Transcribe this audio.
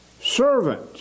servant